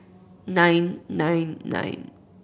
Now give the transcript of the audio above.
nine nine nine